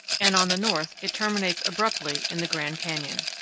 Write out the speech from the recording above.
and on the north it terminates abruptly in the grand canyon.